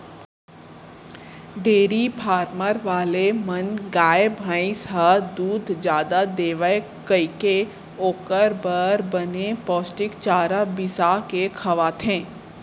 dairy farm वाले मन गाय, भईंस ह दूद जादा देवय कइके ओकर बर बने पोस्टिक चारा बिसा के खवाथें